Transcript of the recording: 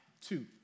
two